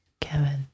Kevin